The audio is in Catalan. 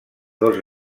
dos